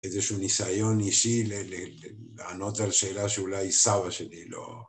איזשהו ניסיון אישי לענות על שאלה שאולי סבא שלי לא